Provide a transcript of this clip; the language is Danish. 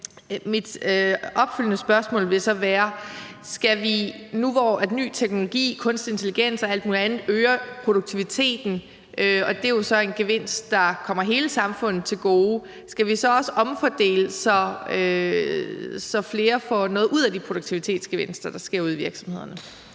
Mit opfølgende spørgsmål vil så være: Skal vi nu, hvor ny teknologi, kunstig intelligens og alt muligt andet øger produktiviteten – og det er jo så en gevinst, der kommer hele samfundet til gode – så også omfordele, så flere får noget ud af de produktivitetsgevinster, der sker ude i virksomhederne?